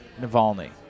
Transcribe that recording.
Navalny